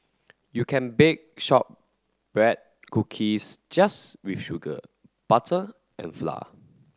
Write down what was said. you can bake shortbread cookies just with sugar butter and flour